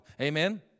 Amen